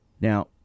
Now